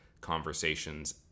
conversations